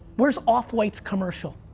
where's off white's commercial?